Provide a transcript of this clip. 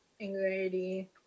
anxiety